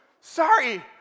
Sorry